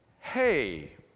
Hey